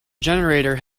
generator